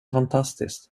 fantastiskt